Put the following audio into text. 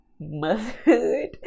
motherhood